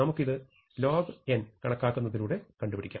നമുക്കിത് log2 n കണക്കാക്കുന്നതിലൂടെ കണ്ടുപിടിക്കാം